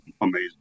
amazing